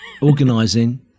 Organising